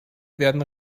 werden